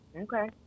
Okay